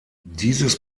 dieses